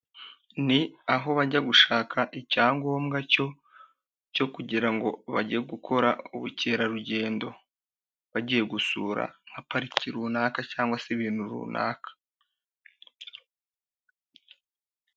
Ni aho bajya gushaka icyangombwa cyo kugira ngo bajye gukora ubukerarugendo, bagiye gusura nka pariki runaka cyangwa se ibintu runaka.